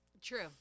True